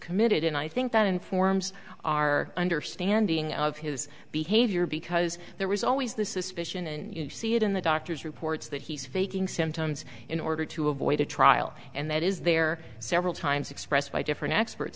committed and i think that informs our understanding of his behavior because there was always the suspicion and you see it in the doctors reports that he's faking symptoms in order to avoid a trial and that is there several times expressed by different experts